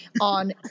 on